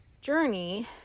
journey